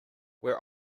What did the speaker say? where